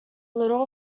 little